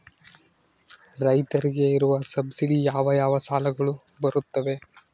ರೈತರಿಗೆ ಇರುವ ಸಬ್ಸಿಡಿ ಯಾವ ಯಾವ ಸಾಲಗಳು ಬರುತ್ತವೆ?